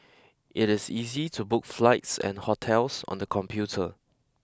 it is easy to book flights and hotels on the computer